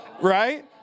Right